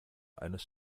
eines